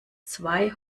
zwei